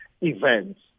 events